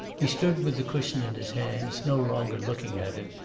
he stood with the cushion in his hands, no longer looking at it,